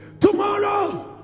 tomorrow